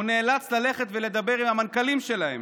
נאלץ ללכת ולדבר עם המנכ"לים שלהם.